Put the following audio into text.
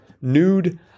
nude